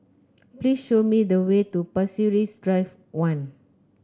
please show me the way to Pasir Panjang Drive One